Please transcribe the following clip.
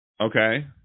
Okay